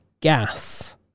gas